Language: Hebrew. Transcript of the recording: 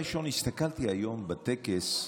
הדבר הראשון, הסתכלתי היום בטקס.